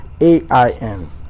A-I-N